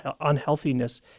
unhealthiness